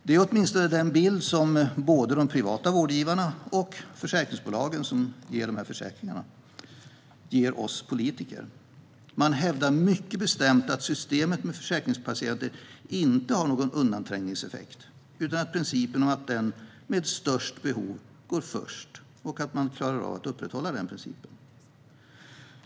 Det är åtminstone den bild som både de privata vårdgivarna och försäkringsbolagen ger oss politiker. Man hävdar mycket bestämt att systemet med försäkringspatienter inte har någon undanträngningseffekt utan att principen att den med störst behov går först kan upprätthållas.